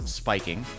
spiking